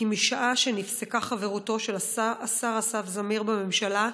כי משעה שנפסקה חברותו של השר אסף זמיר בממשלה,